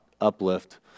uplift